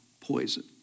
poison